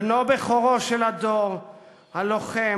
בנו בכורו של הדור הלוחם,